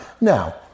Now